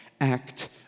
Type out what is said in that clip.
act